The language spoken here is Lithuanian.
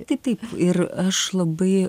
taip taip ir aš labai